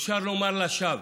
אפשר לומר לשווא.